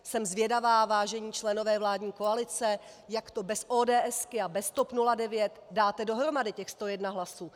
Jsem zvědavá, vážení členové vládní koalice, jak to bez ODS a bez TOP 09 dáte dohromady, těch 101 hlasů.